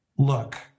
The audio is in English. look